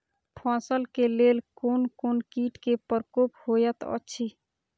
फसल के लेल कोन कोन किट के प्रकोप होयत अछि?